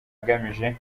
agamije